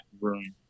room